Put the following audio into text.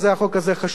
החוק הזה חשוב.